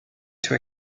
too